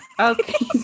Okay